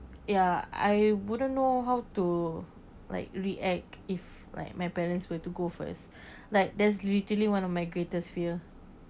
ya I wouldn't know how to like react if like my parents were to go first like there's literally one of my greatest fear